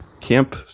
Camp